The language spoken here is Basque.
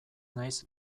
naiz